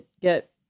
get